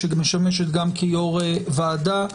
שמשמשת גם כיושבת-ראש ועדה.